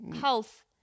health